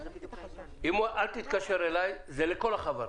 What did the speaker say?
אל תתקשר אליי זה לכל החברות.